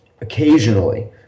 occasionally